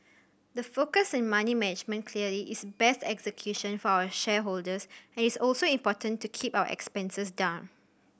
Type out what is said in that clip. the focus in money management clearly is best execution for our shareholders and it's also important to keep our expenses down